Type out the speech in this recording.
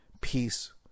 peace